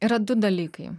yra du dalykai